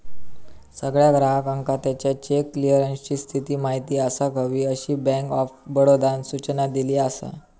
सगळ्या ग्राहकांका त्याच्या चेक क्लीअरन्सची स्थिती माहिती असाक हवी, अशी बँक ऑफ बडोदानं सूचना दिली असा